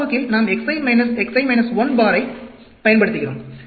காலப்போக்கில் நாம் x i x i 1 பாரைப் x i x i - 1 bar பயன்படுத்துகிறோம்